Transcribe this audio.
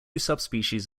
subspecies